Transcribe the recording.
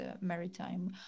maritime